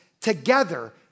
together